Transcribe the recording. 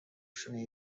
شونه